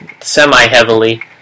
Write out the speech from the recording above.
semi-heavily